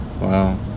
Wow